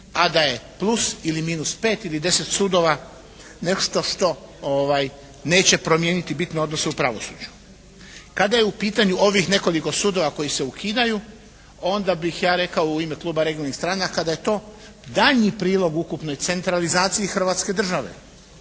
A da je plus ili minus pet ili deset sudova nešto što neće promijeniti bitno odnose u pravosuđu. Kada je u pitanju ovih nekoliko sudova koji se ukidaju onda bih ja rekao u ime kluba Regionalnih stranaka da je to daljnji prilog ukupnoj centralizaciji hrvatske države.